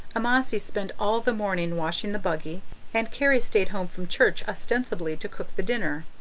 amasai spent all the morning washing the buggy and carrie stayed home from church ostensibly to cook the dinner,